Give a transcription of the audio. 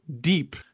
deep